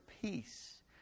peace